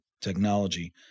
technology